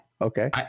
Okay